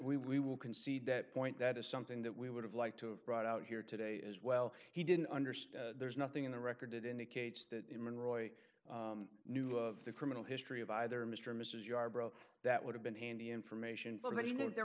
that we will concede that point that is something that we would have liked to have brought out here today as well he didn't understand there's nothing in the record it indicates that him and roy knew of the criminal history of either mr or mrs yarbrough that would have been handy information for th